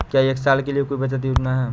क्या एक साल के लिए कोई बचत योजना है?